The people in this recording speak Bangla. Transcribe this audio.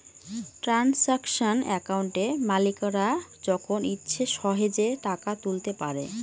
ট্রানসাকশান একাউন্টে মালিকরা যখন ইচ্ছে সহেজে টাকা তুলতে পারে